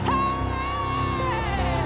Hey